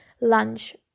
lunch